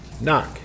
Knock